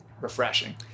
refreshing